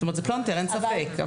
זה פלונטר, אין ספק.